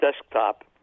desktop